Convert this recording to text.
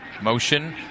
Motion